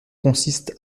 consiste